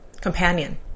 companion